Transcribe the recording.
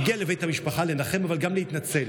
הגיע לבית המשפחה לנחם אבל גם להתנצל.